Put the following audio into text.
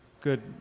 good